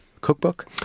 cookbook